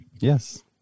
Yes